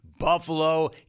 Buffalo